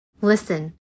Listen